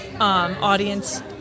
audience